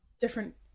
different